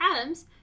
atoms